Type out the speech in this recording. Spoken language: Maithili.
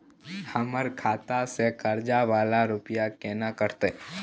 हमर खाता से कर्जा वाला रुपिया केना कटते?